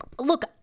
look